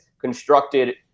constructed